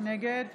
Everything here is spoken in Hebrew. נגד